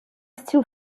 still